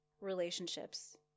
relationships